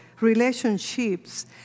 relationships